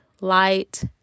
light